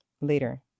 later